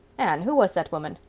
anne, who was that woman?